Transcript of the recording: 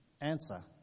Answer